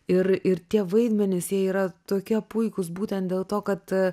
ir ir tie vaidmenys jie yra tokie puikūs būtent dėl to kad